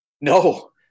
No